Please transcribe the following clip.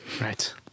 Right